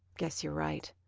guess you're right.